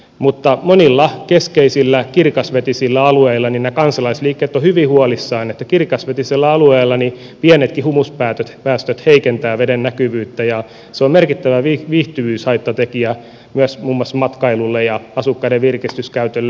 mutta monilla keskeisillä kirkasvetisillä alueilla nämä kansalaisliikkeet ovat hyvin huolissaan että kirkasvetisellä alueella pienetkin humuspäästöt heikentävät veden näkyvyyttä ja se on merkittävä viihtyvyyshaittatekijä myös muun muassa matkailulle ja asukkaiden virkistyskäytölle